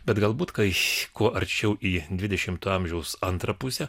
bet galbūt kai iš kuo arčiau į dvidešimto amžiaus antrą pusę